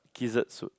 dessert soup